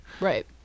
Right